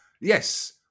Yes